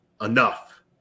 enough